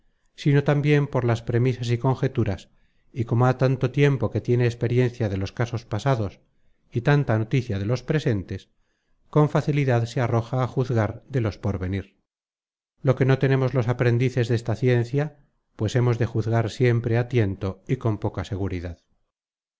sino tambien por las premisas y conjeturas y como há tanto tiempo que tiene experiencia de los casos pasados y tanta noticia de los presentes con facilidad se arroja á juzgar de los por venir lo que no tenemos los aprendices desta ciencia pues hemos de juzgar siempre á tiento y con poca seguridad